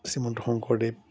Srimanta Sankardev